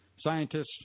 scientists –